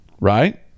right